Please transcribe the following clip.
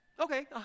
Okay